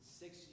six